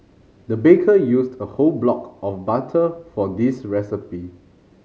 the baker used a whole block of butter for this recipe